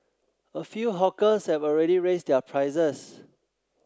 a few hawkers have already raised their prices